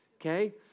okay